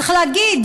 צריך להגיד,